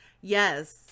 yes